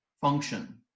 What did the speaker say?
function